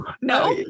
No